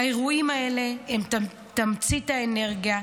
האירועים האלה הם תמצית האנרגיה,